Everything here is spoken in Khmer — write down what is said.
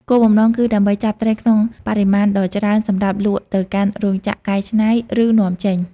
គោលបំណងគឺដើម្បីចាប់ត្រីក្នុងបរិមាណដ៏ច្រើនសម្រាប់លក់ទៅកាន់ រោងចក្រកែច្នៃ ឬនាំចេញ។